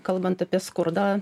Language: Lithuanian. kalbant apie skurdą